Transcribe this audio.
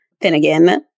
Finnegan